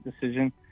decision